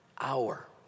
hour